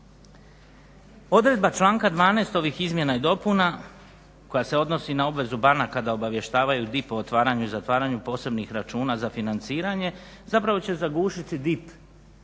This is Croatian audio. odredba članka 12. ovih izmjena i dopuna koja se odnosi na obvezu banaka da obavještavaju DIP o otvaranju i zatvaranju posebnih računa za financiranje zapravo će zagušiti DIP